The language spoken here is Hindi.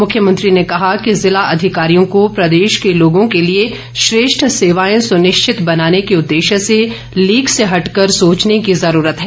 मुख्यमंत्री ने कहा कि जिला अधिकारियों को प्रदेश के लोगों के लिए श्रेष्ठ सेवाए सुनिश्चित बनाने के उद्देश्य से हटकर सोचने की जरूरत है